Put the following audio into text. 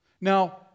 Now